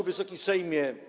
Wysoki Sejmie!